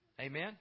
Amen